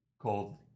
called